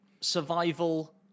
survival